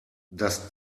das